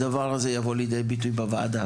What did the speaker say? הדבר הזה יבוא לידי ביטוי בוועדה,